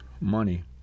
money